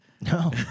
No